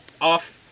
off